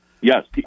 Yes